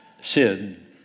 Sin